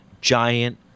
giant